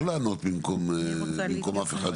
לא לענות במקום אף אחד אחר.